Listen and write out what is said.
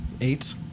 Eight